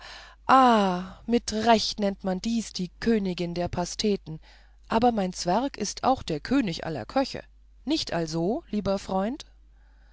mit recht nennt man dies die königin der pasteten aber mein zwerg ist auch der könig aller köche nicht also lieber freund